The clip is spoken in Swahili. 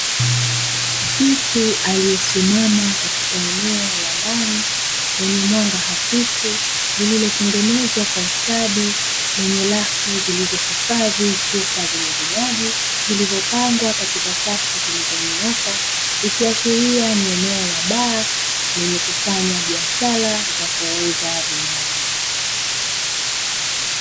Mtu aliyesimama katika eneo la ndani, lenye mwanga hafifu, lililotengenezwa kwa ustadi, lenye rafu zilizo hifadhi chupa zenye vinywaji vilivo pangwa katika safu zilizo nyooka, ikiashiria ni eneo la baa lenye kufanya biashara za kuuza vinywaji.